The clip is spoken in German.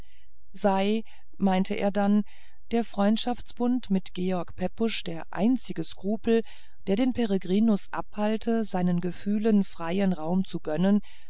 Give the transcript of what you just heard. sei meinte er dann der freundschaftsbund mit george pepusch der einzige skrupel der den peregrinus abhalte seinen gefühlen freien raum zu gönnen